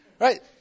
Right